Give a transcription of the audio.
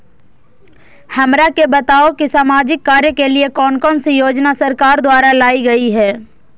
हमरा के बताओ कि सामाजिक कार्य के लिए कौन कौन सी योजना सरकार द्वारा लाई गई है?